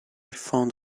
found